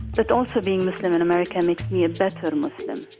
but also being muslim in america makes me a better muslim,